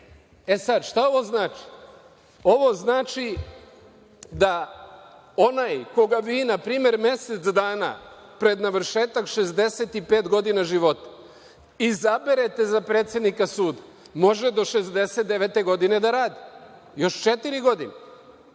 suda“. Šta ovo znači? Ovo znači da onaj koga vi, na primer, mesec dana pred navršetak 65 godina života izaberete za predsednika suda, može do 69. godine da radi, još četiri godine.